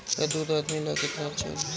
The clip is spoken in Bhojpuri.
गाय का दूध आदमी ला कितना अच्छा होला?